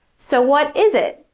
so, what is it,